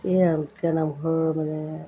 এইয়া আঠখেলীয়া নামঘৰ মানে